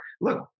Look